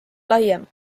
laiem